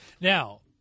Now